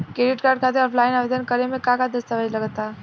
Credit card खातिर offline आवेदन करे म का का दस्तवेज लागत बा?